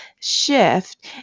shift